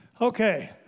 Okay